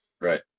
Right